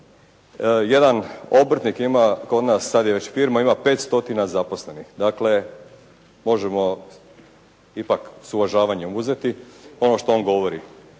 Jedan obrtnik ima kod nas, sad je već firma, ima 500 zaposlenih. Dakle možemo ipak s uvažavanjem uzeti ono što on govori.